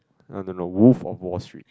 I don't know Wolf of Wall Street